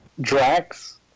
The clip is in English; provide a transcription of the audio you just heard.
Drax